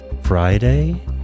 Friday